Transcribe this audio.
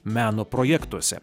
meno projektuose